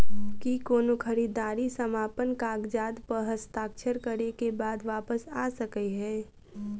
की कोनो खरीददारी समापन कागजात प हस्ताक्षर करे केँ बाद वापस आ सकै है?